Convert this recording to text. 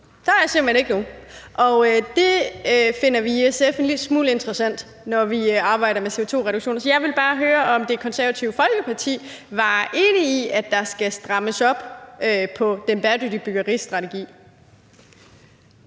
Der er simpelt hen ikke nogen, og det finder vi i SF en lille smule interessant, når vi arbejder med CO2-reduktioner. Så jeg vil bare høre, om Det Konservative Folkeparti er enig i, at der skal strammes op på strategien